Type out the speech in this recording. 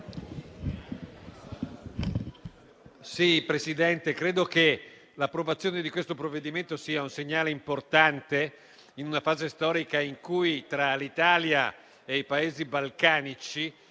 Presidente, credo che l'approvazione di questo provvedimento sia un segnale importante in una fase storica in cui tra l'Italia e i Paesi balcanici